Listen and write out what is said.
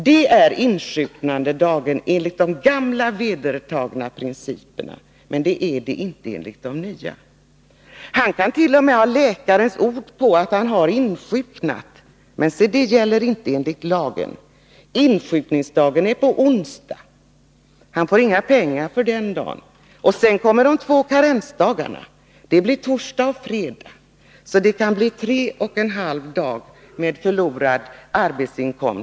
Det är insjuknandedagen enligt de gamla reglerna men inte enligt de nya. Han kan t.o.m. ha läkares ord på att han har insjuknat, men se det har han inte gjort enligt lagen. Insjuknandedagen är onsdag. Han får inga pengar för den dagen. Sedan kommer de två karensdagarna, torsdag och fredag. Det kan bli förlorad arbetsinkomst under tre och en halv dag.